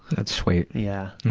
that's sweet. yeah.